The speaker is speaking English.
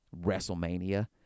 Wrestlemania